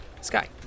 Sky